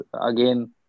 again